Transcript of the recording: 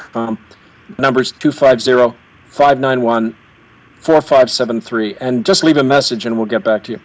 com numbers two five zero five nine one four five seven three and just leave a message and we'll get back to you